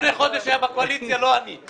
לא לזה היתה הכוונה.